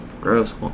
Gross